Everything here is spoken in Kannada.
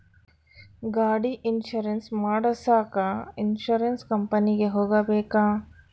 ಗಾಡಿ ಇನ್ಸುರೆನ್ಸ್ ಮಾಡಸಾಕ ಇನ್ಸುರೆನ್ಸ್ ಕಂಪನಿಗೆ ಹೋಗಬೇಕಾ?